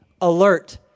alert